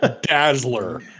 Dazzler